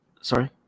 Sorry